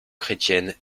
chrétienne